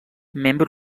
membre